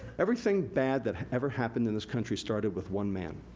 everything bad that ever happened in this country started with one man.